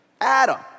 Adam